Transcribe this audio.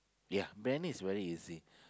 ya band is very easy